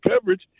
coverage